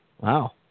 Wow